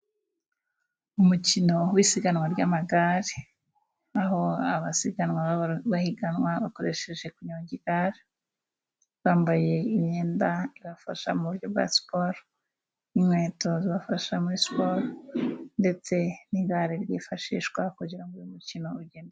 Umukino w'isiganwa ry'amagare, aho abasiganwa baba bahiganwa bakoresheje kunyonga igare, bambaye imyenda ibafasha mu buryo bwa siporo n'inkweto zibafasha muri siporo, ndetse n'igare ryifashishwa kugirango uyu mukino ugende.